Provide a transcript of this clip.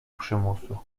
przymusu